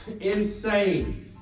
Insane